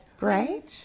Right